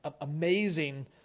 amazing